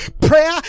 Prayer